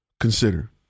consider